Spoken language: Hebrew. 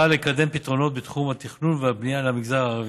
לקדם פתרונות בתחום התכנון והבנייה למגזר הערבי.